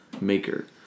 maker